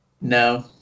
No